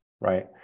right